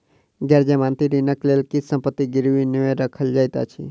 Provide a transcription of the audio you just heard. गैर जमानती ऋणक लेल किछ संपत्ति गिरवी नै राखल जाइत अछि